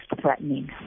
threatening